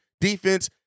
defense